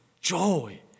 joy